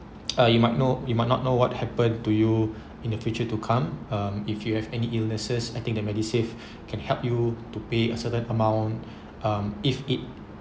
uh you might know you might not know what happen to you in the future to come um if you have any illnesses I think the medisave can help you to pay a certain amount um if it